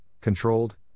controlled